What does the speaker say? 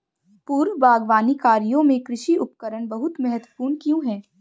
पूर्व बागवानी कार्यों में कृषि उपकरण बहुत महत्वपूर्ण क्यों है?